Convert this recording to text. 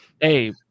Hey